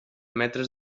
metres